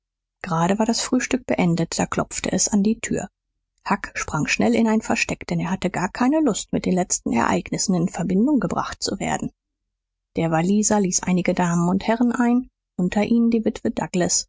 gerade war das frühstück beendet da klopfte es an die tür huck sprang schnell in ein versteck denn er hatte gar keine lust mit den letzten ereignissen in verbindung gebracht zu werden der walliser ließ einige damen und herren ein unter ihnen die witwe douglas